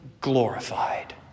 glorified